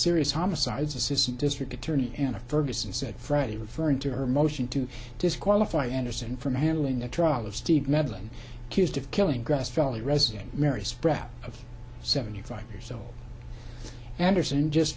serious homicides assistant district attorney and ferguson said friday referring to her motion to disqualify andersen from handling the trial of steve meddling kids of killing grass valley resident mary spread of seventy five years old anderson just